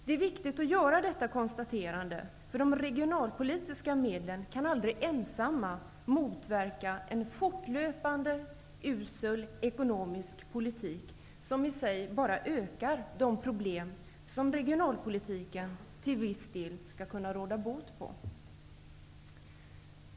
Det är viktigt att göra detta konstaterande eftersom de regionalpolitiska medlen aldrig ensamma kan motverka en fortlöpande usel ekonomisk politik som i sig bara ökar de problem som regionalpolitiken till viss del skall kunna råda bot på.